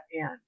end